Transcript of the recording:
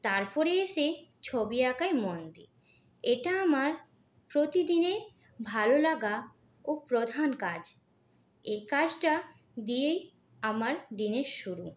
তারপরে এসে ছবি আঁকায় মন দিই এটা আমার প্রতিদিনের ভালো লাগা ও প্রধান কাজ এ কাজটা দিয়েই আমার দিনের শুরু